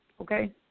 okay